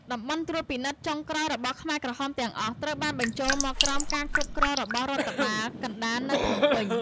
តំបន់ត្រួតពិនិត្យចុងក្រោយរបស់ខ្មែរក្រហមទាំងអស់ ត្រូវបានបញ្ចូលមកក្រោមការគ្រប់គ្រងរបស់រដ្ឋបាលកណ្តាលនៅភ្នំពេញ។